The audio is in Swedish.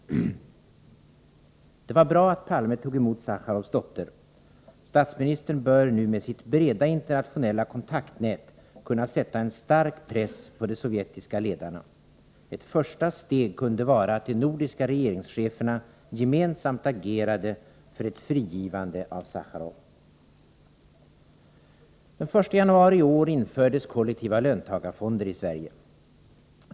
Det var bra att Palme tog emot Sacharovs dotter. Statsministern bör nu med sitt breda internationella kontaktnät kunna sätta en stark press på de sovjetiska ledarna. Ett första steg kunde vara, att de nordiska regeringscheferna gemensamt agerade för ett frigivande av Sacharov. Den 1 januari i år infördes kollektiva löntagarfonder i Sverige.